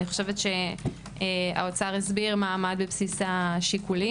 אני חושבת שהאוצר הסביר, מה עמד בבסיס השיקולים.